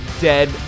dead